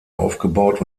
aufgebaut